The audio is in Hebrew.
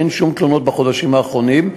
ואין שום תלונות בחודשים האחרונים.